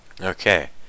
Okay